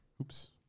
Oops